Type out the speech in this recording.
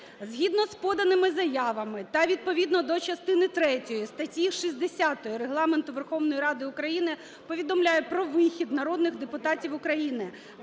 Згідно з поданими заявами та відповідно до частини третьої статті 60 Регламенту Верховної Ради України повідомляю про вихід народних депутатів України